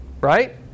Right